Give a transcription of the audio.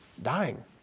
Dying